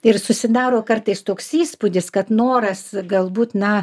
ir susidaro kartais toks įspūdis kad noras galbūt na